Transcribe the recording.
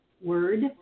word